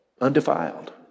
undefiled